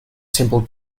simple